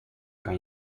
kan